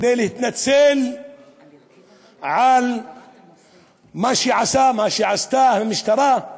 כדי שיתנצל על מה שעשה, מה שעשתה המשטרה,